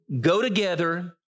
go-together